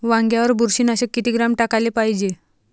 वांग्यावर बुरशी नाशक किती ग्राम टाकाले पायजे?